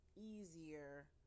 easier